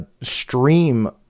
stream